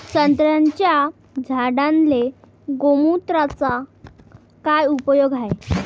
संत्र्याच्या झाडांले गोमूत्राचा काय उपयोग हाये?